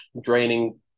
draining